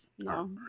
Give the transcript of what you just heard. No